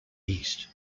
east